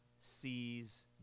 sees